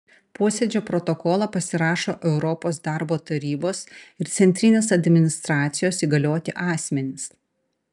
posėdžio protokolą pasirašo europos darbo tarybos ir centrinės administracijos įgalioti asmenys